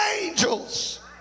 angels